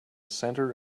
center